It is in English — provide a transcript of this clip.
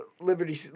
Liberty